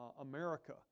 America